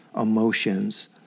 emotions